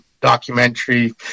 documentary